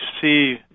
see